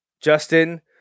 Justin